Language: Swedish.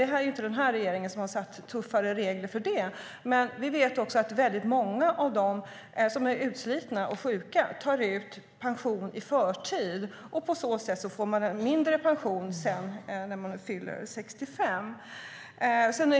Det är inte den nuvarande regeringen som har satt upp de tuffare reglerna, men vi vet att många av dem som är utslitna och sjuka tar ut pension i förtid och på så sätt får en lägre pension när de fyller 65.